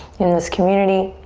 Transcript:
in this community.